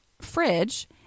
fridge